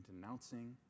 denouncing